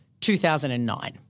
2009